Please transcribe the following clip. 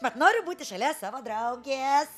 mat noriu būti šalia savo draugeė čia